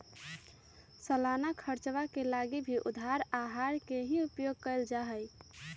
सालाना खर्चवा के लगी भी उधार आहर के ही उपयोग कइल जाहई